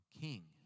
king